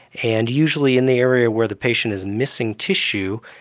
and usually in the area where the patient is missing tissue,